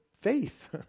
faith